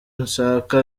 ashaka